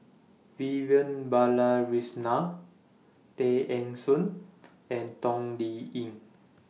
Vivian Balakrishnan Tay Eng Soon and Toh Liying